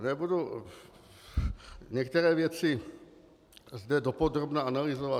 Nebudu některé věci zde dopodrobna analyzovat.